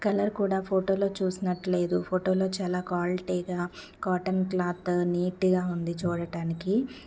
colour కూడా ఫోటోలు చూసినట్టు లేదు ఫోటోలో చాలా క్వాలిటీగా కాటన్ క్లాతు నీట్గా ఉంది చూడటానికి